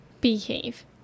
Behave